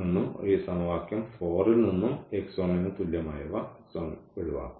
നിന്നും ഈ സമവാക്യം 4 ൽ നിന്നും x1 ന് തുല്യമായവ ഒഴിവാക്കും